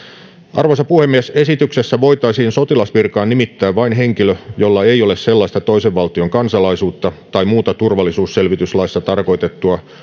arvoisa puhemies esityksessä voitaisiin sotilasvirkaan nimittää vain henkilö jolla ei ole sellaista toisen valtion kansalaisuutta tai muuta turvallisuusselvityslaissa tarkoitettua